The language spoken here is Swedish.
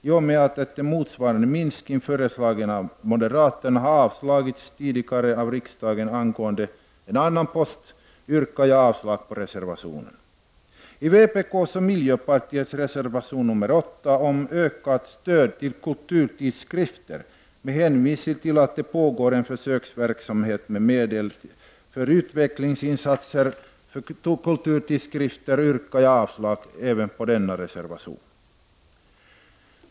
I och med att en motsvarande minskning, föreslagen av moderaterna, tidigare har avslagits av riksdagen angående en annan post yrkar jag avslag på denna reservation. Vpk:s och miljöpartiets reservation nr 8 handlar om ökat stöd till kulturtidskrifter. Med hänvisning till att det pågår en försöksverksamhet med medel för utvecklingsinsatser för kulturtidskrifter yrkar jag avslag även på denna reservation.